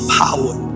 power